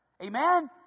Amen